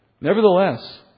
Nevertheless